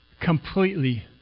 completely